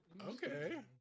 okay